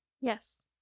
Yes